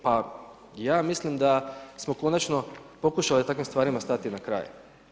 Pa ja mislim da smo konačno pokušali takvim stvarima stati na kraj.